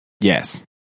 Yes